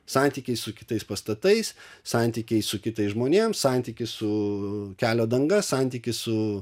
santykiai su kitais pastatais santykiai su kitais žmonėm santykis su kelio danga santykis su